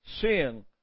sin